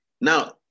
Now